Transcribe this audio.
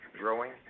growing